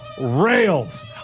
rails